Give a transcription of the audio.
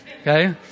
Okay